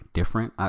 different